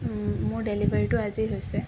মোৰ ডেলিভাৰীটো আজি হৈছে